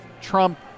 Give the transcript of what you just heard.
Trump